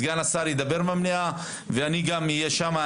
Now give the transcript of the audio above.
סגן השר ידבר במליאה ואני גם אהיה שם,